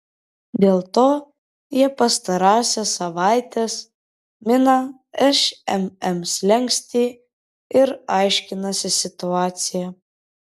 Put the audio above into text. dėl to jie pastarąsias savaites mina šmm slenkstį ir aiškinasi situaciją